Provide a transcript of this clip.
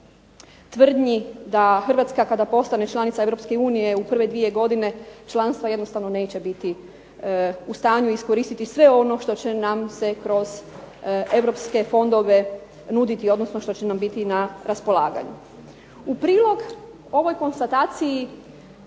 prilog tvrdnji da Hrvatska kada postane članica EU u prve 2 godine članstva jednostavno neće biti u stanju iskoristiti sve ono što će nam se kroz europske fondove nuditi, odnosno što će nam biti na raspolaganju. U prilog ovoj konstataciji